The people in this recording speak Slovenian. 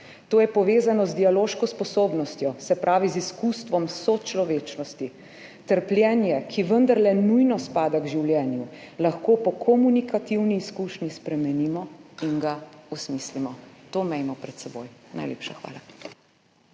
To je povezano z dialoško sposobnostjo, se pravi z izkustvom sočlovečnosti. Trpljenje, ki vendarle nujno spada k življenju, lahko po komunikativni izkušnji spremenimo in ga osmislimo.« To imejmo pred seboj. Najlepša hvala.